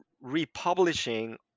republishing